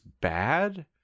bad